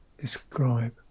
describe